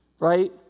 Right